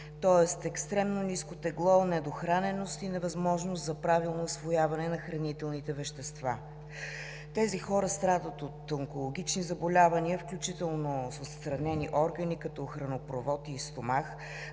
тоест екстремно ниско тегло, недохраненост и невъзможност за правилно усвояване на хранителните вещества. Тези хора страдат от онкологични заболявания, включително с отстранени органи, като хранопровод и стомах,